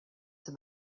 said